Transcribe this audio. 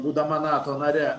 būdama nato nare